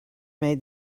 made